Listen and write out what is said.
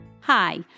Hi